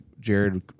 Jared